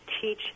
teach